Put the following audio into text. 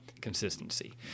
consistency